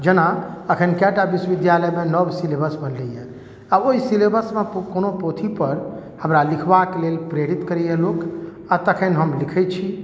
जेना एखन कएटा विश्वविद्यालयमे नव सिलेबस बनलैए आ ओहि सिलेबसमे पो कोनो पोथीपर हमरा लिखबाक लेल प्रेरित करैए लोक आ तखन हम लिखैत छी